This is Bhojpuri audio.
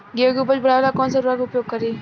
गेहूँ के उपज बढ़ावेला कौन सा उर्वरक उपयोग करीं?